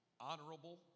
honorable